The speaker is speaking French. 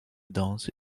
dense